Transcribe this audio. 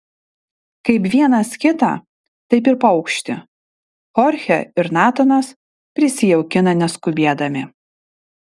kaip vienas kitą taip ir paukštį chorchė ir natanas prisijaukina neskubėdami